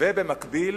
ובמקביל